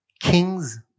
king's